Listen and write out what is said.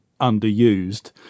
underused